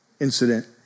incident